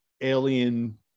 alien